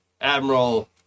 admiral